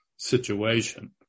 situation